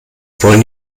wollen